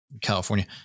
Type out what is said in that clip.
California